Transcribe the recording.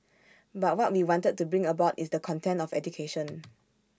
but what we wanted to bring about is the content of education